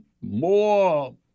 more